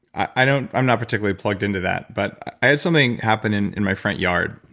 i don't i'm not particularly plugged into that. but i had something happen in in my front yard.